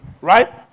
right